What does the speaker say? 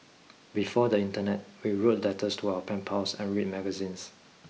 before the internet we wrote letters to our pen pals and read magazines